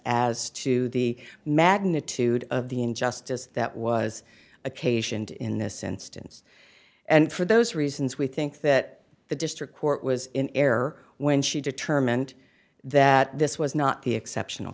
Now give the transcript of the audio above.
as to the magnitude of the injustice that was occasioned in this instance and for those reasons we think that the district court was in error when she determined that this was not the exceptional